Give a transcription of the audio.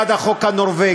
אני בעד החוק הנורבגי,